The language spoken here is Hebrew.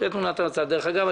דרך אגב,